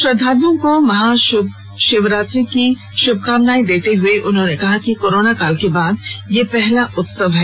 श्रद्धाल्ओं को महाशिवरात्रि की श्भकामना देते हुए मुख्यमंत्री ने कहा कि कोरोना काल के बाद पहला उत्सव है